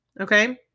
okay